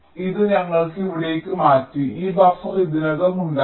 അതിനാൽ ഇത് ഞങ്ങൾ ഇവിടേക്ക് മാറ്റി ഈ ബഫർ ഇതിനകം ഉണ്ടായിരുന്നു